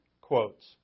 quotes